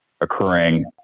occurring